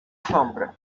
sombra